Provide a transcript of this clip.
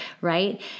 right